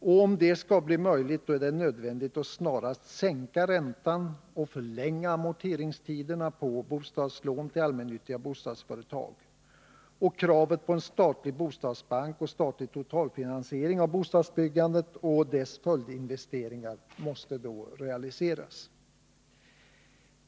För att det skall bli möjligt är det nödvändigt att snarast sänka räntan och förlänga amorteringstiderna på bostadslån till allmännyttiga bostadsföretag. Kravet på en statlig bostadsbank och statlig totalfinansiering av bostadsbyggandet och dess följdinvesteringar måste då realiseras.